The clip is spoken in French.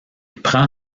prend